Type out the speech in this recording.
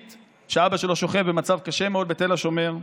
שאבא שלו שוכב במצב קשה מאוד בתל השומר,